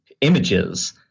images